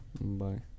Bye